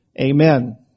amen